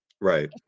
Right